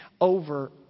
over